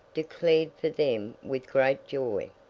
declared for them with great joy.